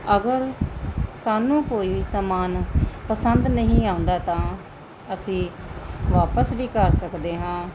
ਅਗਰ ਸਾਨੂੰ ਕੋਈ ਵੀ ਸਮਾਨ ਪਸੰਦ ਨਹੀਂ ਆਉਂਦਾ ਤਾਂ ਅਸੀਂ ਵਾਪਸ ਵੀ ਕਰ ਸਕਦੇ ਹਾਂ